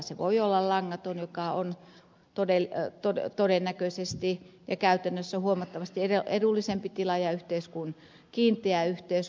se voi olla langaton joka on todennäköisesti ja käytännössä huomattavasti edullisempi tilaajayhteys kuin kiinteä yhteys